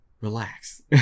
relax